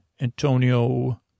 Antonio